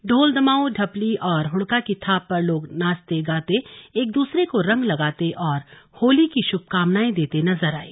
ढोल दमाऊं ढपली और हुड़का की थाप पर लोग नाचते गाते एक दूसरे को रंग लगाते और होली की शुभकामनाएं देते नजर आये